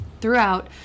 Throughout